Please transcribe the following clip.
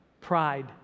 pride